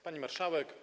Pani Marszałek!